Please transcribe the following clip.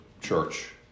church